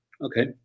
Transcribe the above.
okay